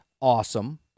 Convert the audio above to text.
awesome